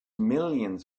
millions